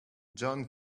john